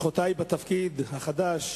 ברכותי על התפקיד החדש.